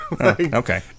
Okay